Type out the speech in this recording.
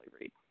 read